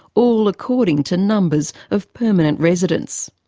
all according to numbers of permanent residents.